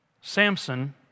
Samson